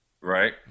right